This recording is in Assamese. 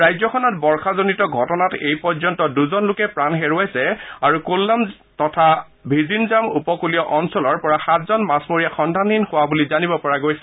ৰাজ্যখনত বৰ্ষাজনিত ঘটনাত এইপৰ্যন্ত দুজন লোকে প্ৰাণ হেৰুৱাইছে আৰু কোল্লাম তথা ভিঝিনজাম উপকূলীয় অঞ্চলৰ পৰা সাতজন মাছমৰীয়া সন্ধানহীন হোৱা বুলি জানিব পৰা গৈছে